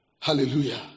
Hallelujah